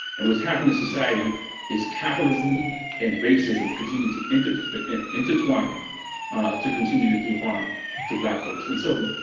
and what's happening in society is capitalism and racism continue to and to but intertwine to continue to do harm to black folks. and so